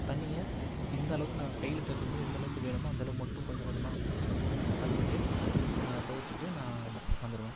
தண்ணியை இந்தளவுக்கு நாங்கள் கையில் துவைக்கும் போது எந்தளவுக்கு வேணுமோ அந்தளவுக்கு மொண்டு கொஞ்ச கொஞ்சமாக ஊற்றி கழுவிட்டு துவைச்சிட்டு நான் வந்துருவேன்